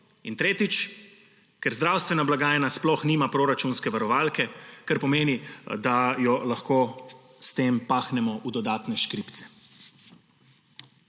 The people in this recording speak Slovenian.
in tretjič, ker zdravstvena blagajna sploh nima proračunske varovalke, kar pomeni, da jo lahko s tem pahnemo v dodatne škripce.